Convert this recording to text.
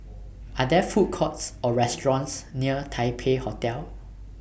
Are There Food Courts Or restaurants near Taipei Hotel